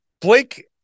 Blake